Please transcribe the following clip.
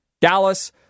Dallas